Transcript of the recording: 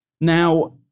Now